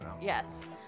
Yes